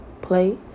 play